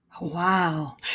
Wow